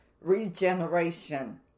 regeneration